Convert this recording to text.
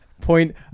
point